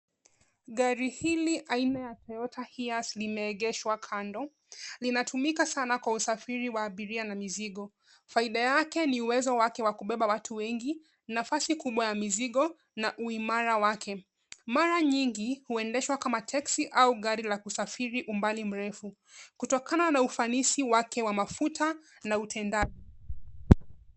Gari hili aina ya Toyota Hearse limeegeshwa kando. Linatumika sana kwa usafiri wa abiria na mizingo. Faida yake ni uwezo wake wa kubeba watu wengi, nafasi kubwa ya mizigo na uimara wake. Mara nyingi huendeshwa kama teksi au gari la kusafiri umbali mrefu. Kutoka na ufanisi wake wa mafuta na utendaji.